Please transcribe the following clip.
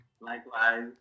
Likewise